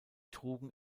trugen